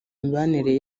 mibanire